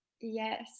Yes